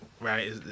right